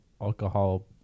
alcohol